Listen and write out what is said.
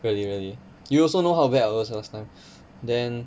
really really you also know how bad I was last time then